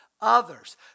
others